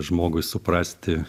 žmogui suprasti